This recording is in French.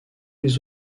les